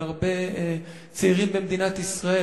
על הרבה צעירים במדינת ישראל,